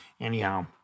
Anyhow